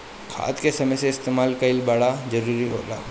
खाद के समय से इस्तेमाल कइल बड़ा जरूरी होला